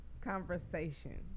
conversation